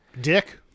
dick